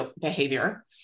behavior